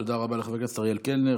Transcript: תודה רבה לחבר הכנסת אריאל קלנר.